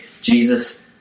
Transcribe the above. Jesus